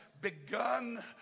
begun